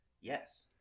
Yes